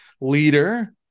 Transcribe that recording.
leader